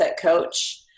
coach